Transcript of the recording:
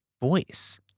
voice